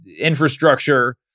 infrastructure